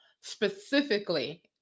specifically